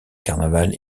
carnaval